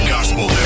Gospel